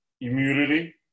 immunity